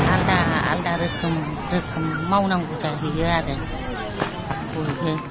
आलदा आलदा रोखोम रोखोम मावनांगौ जाहैयो आरो बयबो